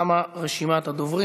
תמה רשימת הדוברים.